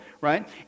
right